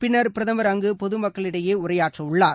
பின்னர் பிரதமர் அங்கு பொதுமக்களிடையே உரையாற்றுகிறார்